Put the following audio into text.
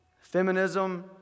feminism